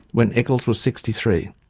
when eccles was sixty three.